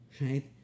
right